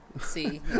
See